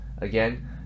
again